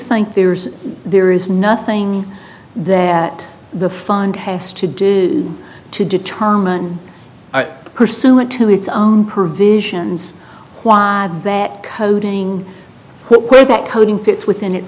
think there's there is nothing that the fund has to do to determine pursuant to its own provisions that coding where that coding fits within it